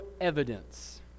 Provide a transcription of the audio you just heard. evidence